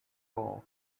role